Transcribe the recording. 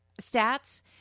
stats